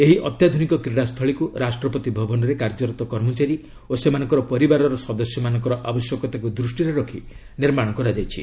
ଏହି ଅତ୍ୟାଧୁନିକ କ୍ରୀଡ଼ା ସ୍ଥଳୀକୁ ରାଷ୍ଟ୍ରପତି ଭବନରେ କାର୍ଯ୍ୟରତ କର୍ମଚାରୀ ଓ ସେମାନଙ୍କର ପରିବାରର ସଦସ୍ୟମାନଙ୍କ ଆବଶ୍ୟକତାକୁ ଦୃଷ୍ଟିର ରଖି ନିର୍ମାଣ କରାଯାଇଛି